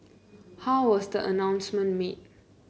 how was the announcement made